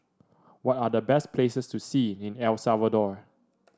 what are the best places to see in El Salvador